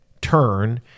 turn